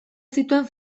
zituen